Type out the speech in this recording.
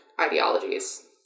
ideologies